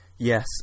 Yes